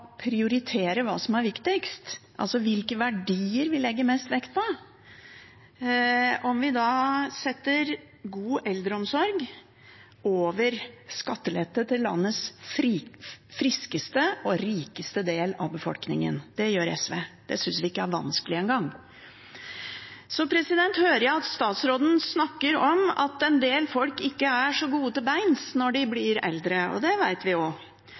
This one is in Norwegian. prioritere hva som er viktigst, altså de verdiene vi legger mest vekt på – om vi setter god eldreomsorg over skattelette til den friskeste og rikeste delen av befolkningen. Det gjør SV. Det synes vi ikke er vanskelig engang. Jeg hører at statsråden snakker om at en del folk ikke er så gode til beins når de blir eldre – det vet vi – og